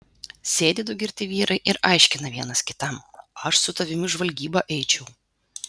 sėdi du girti vyrai ir aiškina vienas kitam aš su tavimi į žvalgybą eičiau